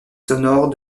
sonores